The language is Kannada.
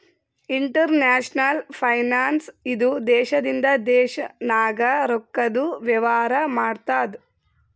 ಇಂಟರ್ನ್ಯಾಷನಲ್ ಫೈನಾನ್ಸ್ ಇದು ದೇಶದಿಂದ ದೇಶ ನಾಗ್ ರೊಕ್ಕಾದು ವೇವಾರ ಮಾಡ್ತುದ್